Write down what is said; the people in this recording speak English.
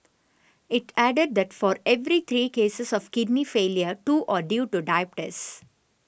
it added that for every three cases of kidney failure two are due to diabetes